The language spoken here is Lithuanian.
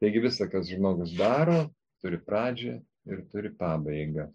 taigi visa kas žimogus daro turi pradžią ir turi pabaigą